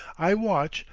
i watch,